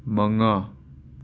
ꯃꯉꯥ